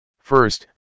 First